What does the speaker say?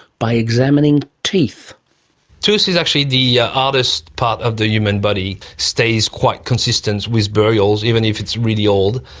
by examining teeth. the tooth is actually the ah ah hardest part of the human body, stays quite consistent with burials. even if it's really old,